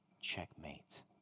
checkmate